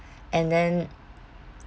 and then